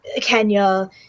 Kenya